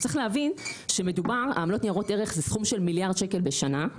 צריך להבין שעמלות ניירות ערך זה סכום של מיליארד שקל בשנה,